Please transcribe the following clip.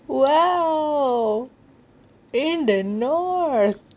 !wow! in the north